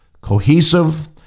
cohesive